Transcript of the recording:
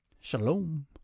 Shalom